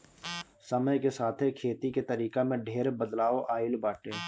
समय के साथे खेती के तरीका में ढेर बदलाव आइल बाटे